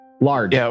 Large